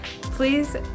please